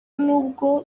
nubwo